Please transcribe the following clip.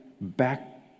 back